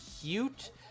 cute